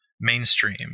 mainstream